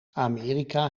amerika